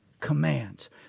commands